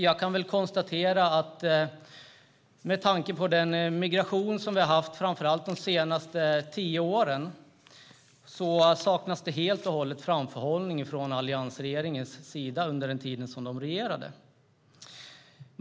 Jag kan konstatera att med tanke på den migration vi har haft framför allt de senaste tio åren saknades det helt och hållet framförhållning från Alliansens sida under den tid som de regerade.